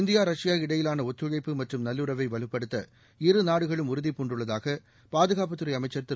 India Russia இடையிலான ஒத்துழைப்பு மற்றும் நல்லுறவை வலுப்படுத்த இருநாடுகளும் உறுதிபூண்டுள்ளதாக பாதுகாப்புத்துறை அமைச்சர் திரு